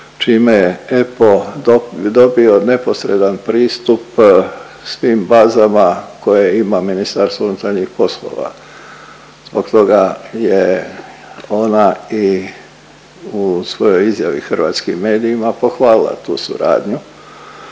čime je EPPO dobio neposredan pristup svim bazama koje ima MUP. Zbog toga je ona i u svojoj izjavi hrvatskim medijima pohvalila tu suradnju.